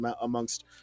amongst